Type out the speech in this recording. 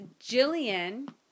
Jillian